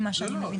ממה שאני מבינה?